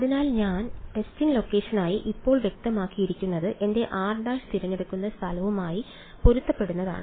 അതിനാൽ ഞാൻ ടെസ്റ്റിംഗ് ലൊക്കേഷനായി ഇപ്പോൾ വ്യക്തമാക്കിയിരിക്കുന്നത് എന്റെ r′ തിരഞ്ഞെടുക്കുന്ന സ്ഥലവുമായി പൊരുത്തപ്പെടുന്നതാണ്